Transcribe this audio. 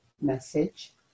message